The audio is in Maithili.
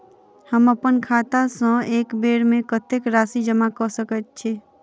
हम अप्पन खाता सँ एक बेर मे कत्तेक राशि जमा कऽ सकैत छी?